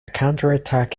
counterattack